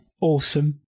Awesome